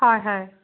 হয় হয়